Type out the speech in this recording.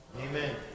Amen